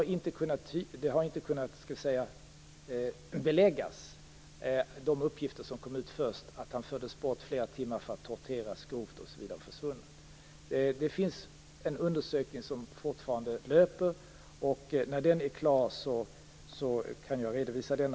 Man har inte kunnat belägga de uppgifter som först kom ut, att Velita Flores fördes bort flera timmar för att torteras grovt, att han sedan är försvunnen osv. Fortfarande löper en undersökning, och när den är klar kan jag redovisa den.